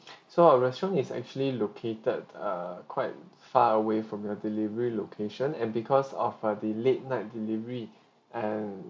so our restaurant is actually located err quite far away from your delivery location and because of uh the late night delivery and